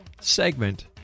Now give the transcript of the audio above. segment